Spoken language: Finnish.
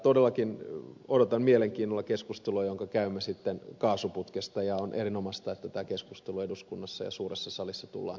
todellakin odotan mielenkiinnolla keskustelua jonka käymme sitten kaasuputkesta ja on erinomaista että tämä keskustelu eduskunnassa ja suuressa salissa tullaan käymään